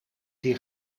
die